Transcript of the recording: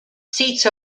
seats